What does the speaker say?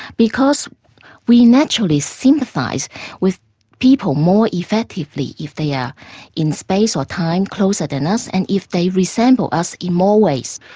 because we naturally sympathise with people more effectively if they are in space or time closer than us, and if they resemble us in more ways.